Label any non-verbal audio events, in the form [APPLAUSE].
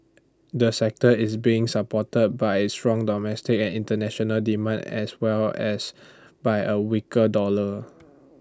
the sector is being supported by strong domestic and International demand as well as by A weaker dollar [NOISE]